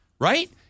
right